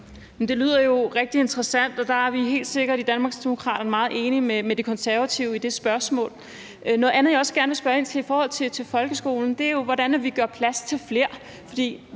Det lyder jo rigtig interessant, og vi er helt sikkert i Danmarksdemokraterne meget enige med De Konservative i det spørgsmål. Noget andet, jeg også gerne vil spørge ind til i forhold til folkeskolen, er jo, hvordan vi gør plads til flere,